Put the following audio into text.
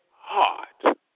heart